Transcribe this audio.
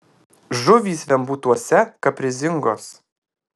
žuvys vembūtuose kaprizingos